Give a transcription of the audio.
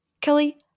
Kelly